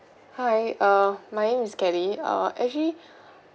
hi uh my name is kelly actually